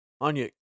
Anya